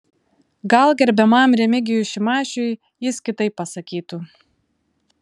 gal gerbiamam remigijui šimašiui jis kitaip pasakytų